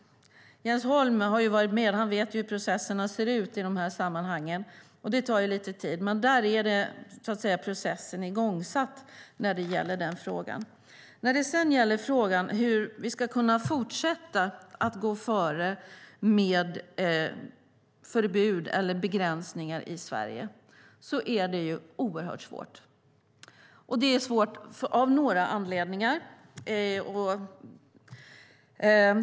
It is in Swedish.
Jens Holm har ju varit med och vet hur processerna ser ut i de här sammanhangen, att det tar lite tid. Men processen är igångsatt i den här frågan. Det är oerhört svårt att fortsätta gå före med förbud eller begränsningar i Sverige, och detta av några anledningar.